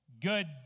good